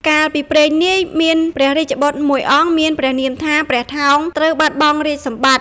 កាលពីព្រេងនាយ មានព្រះរាជបុត្រមួយអង្គមានព្រះនាមថា ព្រះថោង ត្រូវបាត់បង់រាជសម្បត្តិ។